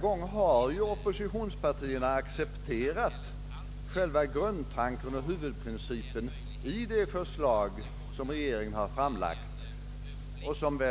För Övrigt har ju oppositionspartierna denna gång accepterat huvudprincipen i den proposition, som regeringen framlagt och som